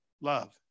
love